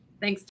thanks